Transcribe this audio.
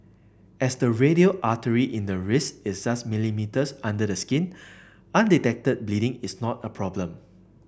as the radial artery in the wrist is just millimetres under the skin undetected bleeding is not a problem